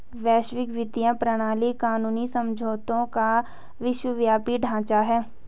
वैश्विक वित्तीय प्रणाली कानूनी समझौतों का विश्वव्यापी ढांचा है